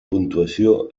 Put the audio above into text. puntuació